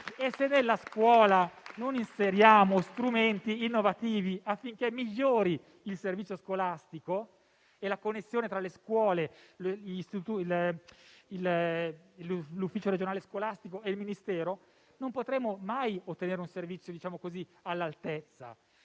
E se nella scuola non inseriamo strumenti innovativi affinché migliorino il servizio scolastico, nonché la connessione tra le scuole, l'Ufficio regionale scolastico e il Ministero, non potremo mai ottenere un servizio all'altezza.